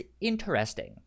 interesting